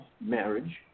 marriage